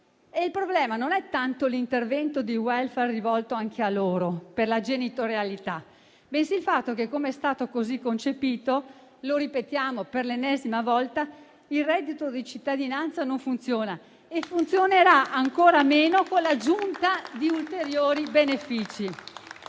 il problema non è tanto l'intervento di *welfare* rivolto anche a loro per la genitorialità, bensì il fatto che, com'è stato concepito - lo ripetiamo per l'ennesima volta - il reddito di cittadinanza non funziona e funzionerà ancora meno con l'aggiunta di ulteriori benefici.